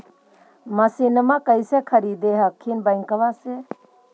मसिनमा कैसे खरीदे हखिन बैंकबा से?